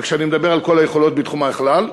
וכשאני מדבר על כל היכולות בתחום החלל,